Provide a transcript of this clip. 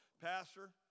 Pastor